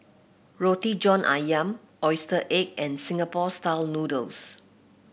Roti John ayam oyster and Singapore style noodles